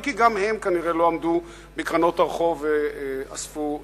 אם כי גם הם כנראה לא עמדו בקרנות הרחוב ואספו נדבות.